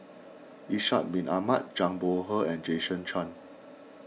Ishak Bin Ahmad Zhang Bohe and Jason Chan